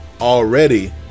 already